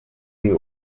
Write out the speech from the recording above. mujyi